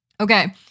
okay